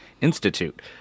Institute